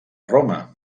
roma